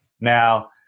Now